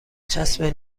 چسب